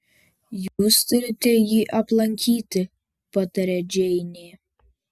jūs turite jį aplankyti pataria džeinė